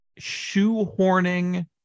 shoehorning